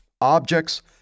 objects